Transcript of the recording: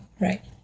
right